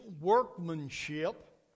workmanship